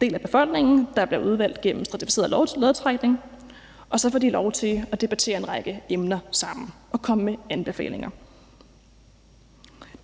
del af befolkningen, der bliver udvalgt gennem stratificeret lodtrækning, og så får de lov til at debattere en række emner sammen og komme med anbefalinger.